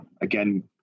again